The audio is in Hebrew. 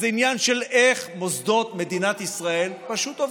כי זה עניין של איך מוסדות מדינת ישראל פשוט עובדים.